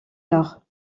nord